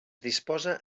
disposa